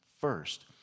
first